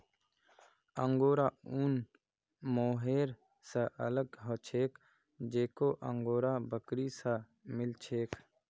angora ऊन mohair स अलग ह छेक जेको अंगोरा बकरी स मिल छेक